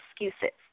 excuses